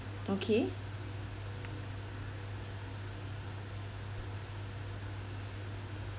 okay